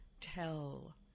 tell